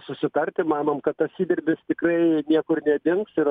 susitarti manom kad tas įdirbis tikrai niekur nedings ir